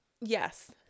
Yes